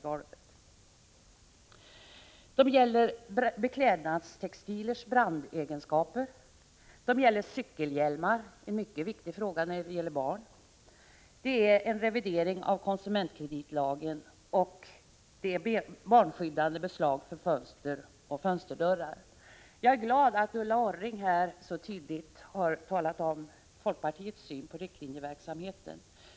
Riktlinjerna avser vidare beklädnadstextiliers brandegenskaper, cykelhjälmar — en mycket viktig fråga när det gäller barn —, en revidering av konsumentkreditlagen, barnskyddande beslag för fönster och fönsterdörrar samt begagnade bilar. Jag är glad att Ulla Orring här så tydligt har talat om folkpartiets syn på riktlinjeverksamheten.